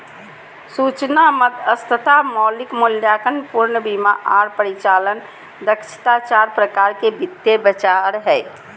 सूचना मध्यस्थता, मौलिक मूल्यांकन, पूर्ण बीमा आर परिचालन दक्षता चार प्रकार के वित्तीय बाजार हय